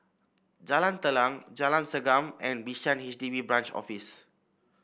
Jalan Telang Jalan Segam and Bishan H D B Branch Office